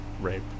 rape